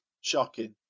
Shocking